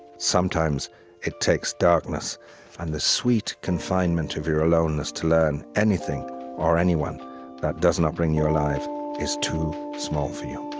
sometimes it takes darkness and the sweet confinement of your aloneness to learn anything or anyone that does not bring you alive is too small for you